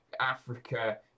Africa